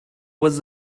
was